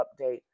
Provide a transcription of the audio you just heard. update